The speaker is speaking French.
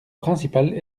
principal